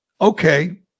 Okay